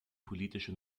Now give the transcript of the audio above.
politische